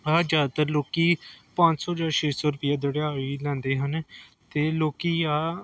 ਆਹ ਜ਼ਿਆਦਾਤਰ ਲੋਕ ਪੰਜ ਸੌ ਜਾਂ ਛੇ ਸੌ ਰੁਪਈਆ ਦਿਹਾੜੀ ਲੈਂਦੇ ਹਨ ਅਤੇ ਲੋਕ ਆਹ